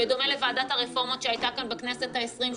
בדומה לוועדת הרפורמות שהייתה כאן בכנסת העשרים,